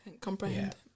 Comprehend